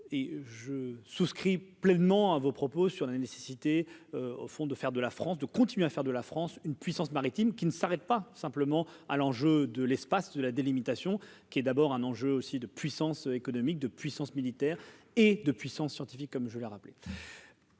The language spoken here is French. et je souscris pleinement à vos propos sur la nécessité, au fond, de faire de la France, de continuer à faire de la France une puissance maritime qui ne s'arrête pas simplement à l'enjeu de l'espace de la délimitation qui est d'abord un enjeu aussi de puissance économique de puissance militaire et de puissance scientifique, comme je l'ai rappelé.